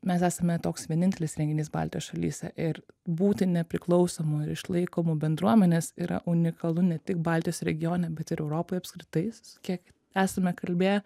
mes esame toks vienintelis renginys baltijos šalyse ir būti nepriklausomu ir išlaikomu bendruomenės yra unikalu ne tik baltijos regione bet ir europoj apskritai su kiek esame kalbėję